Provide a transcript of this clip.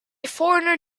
foreigner